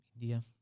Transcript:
India